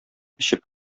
эчеп